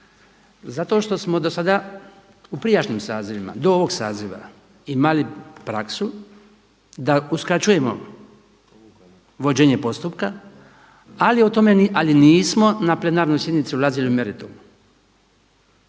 Zato što smo do sada u prijašnjim sazivima do ovoga saziva imali praksu da uskraćujemo vođenje postupka, ali nismo na plenarnoj sjednici ulazili u meritum,